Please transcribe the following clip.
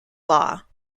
law